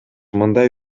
мындай